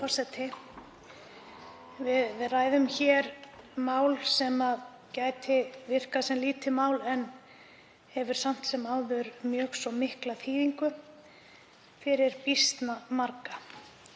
Við ræðum hér mál sem gæti virkað lítið en hefur samt sem áður mjög svo mikla þýðingu fyrir býsna marga.